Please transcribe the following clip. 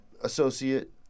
associate